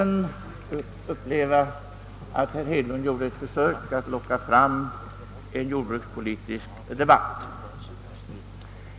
vi uppleva att herr Hedlund gjorde ett försök att locka fram en jordbrukspolitisk debatt.